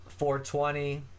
420